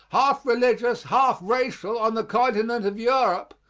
half religious, half racial, on the continent of europe,